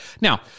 now